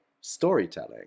storytelling